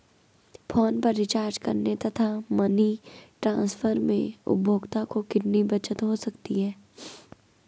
Phone पर recharge करने तथा मनी ट्रांसफर में उपभोक्ता को कितनी बचत हो सकती है?